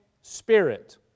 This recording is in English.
spirit